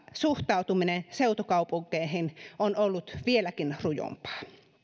suhtautuminen seutukaupunkeihin on ollut vieläkin rujompaa